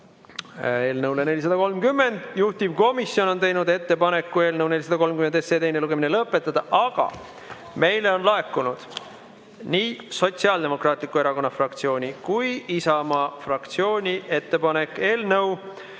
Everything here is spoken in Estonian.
eelnõu 430 kohta. Juhtivkomisjon on teinud ettepaneku eelnõu 430 teine lugemine lõpetada, aga meile on laekunud nii Sotsiaaldemokraatliku Erakonna fraktsiooni kui ka Isamaa fraktsiooni ettepanek eelnõu